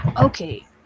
okay